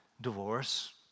divorce